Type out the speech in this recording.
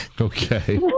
Okay